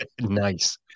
Nice